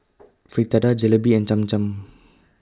Fritada Jalebi and Cham Cham